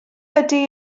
ydy